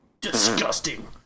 Disgusting